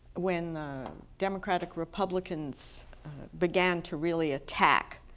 when the democratic republicans began to really attack,